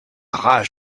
rage